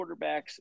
quarterbacks